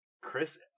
Chris